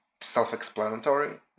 self-explanatory